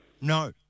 No